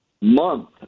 month